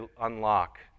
unlock